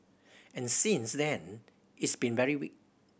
and since then it's been very weak